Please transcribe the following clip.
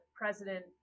president